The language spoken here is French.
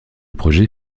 projet